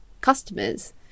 customers